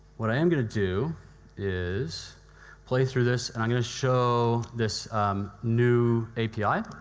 what i am going to do is play through this, and i'm going to show this new api.